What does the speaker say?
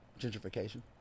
Gentrification